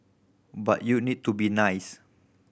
but you need to be nice